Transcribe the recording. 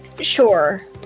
Sure